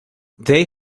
they